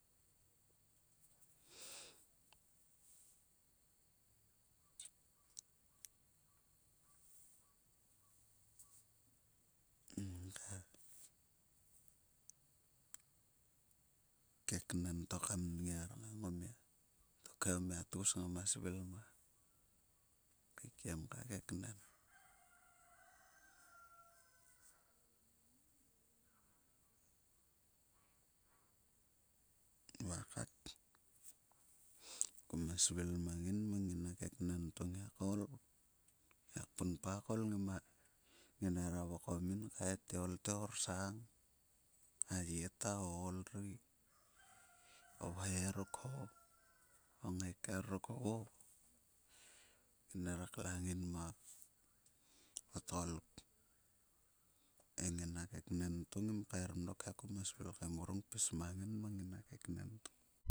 en ka keknen to kam nngiar ngang o mia. Tokhe o mia tgus ngama svil mang keikiem ka keknen va kat kuma svil mang ngin mang nginalo keknen. Ngiak koul. Ngiak punpa koul nginera vokong yin, nginera havai te, "olte orsang ay ta o ool ri o vhoi ruk ho o ngaiker ruk ho." Nginera klang yin mo tgoluk. Ngina keknen ngim kacharom he kuma svil kam grung kpis mang ngin mang ngina keknen to